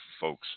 folks